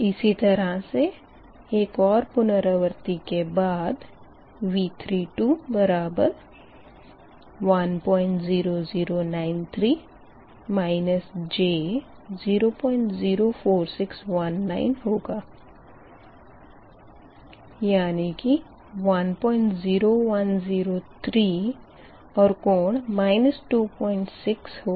इसी तरह से एक और पुनरावर्ती के बाद V32 बराबर 10093 j 004619 होगा यानी की 10103 और कोण 26 होगा